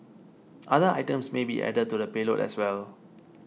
other items may be added to the payload as well